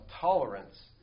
tolerance